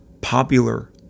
popular